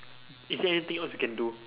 is there anything else we can do